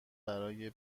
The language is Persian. برای